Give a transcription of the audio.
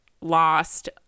lost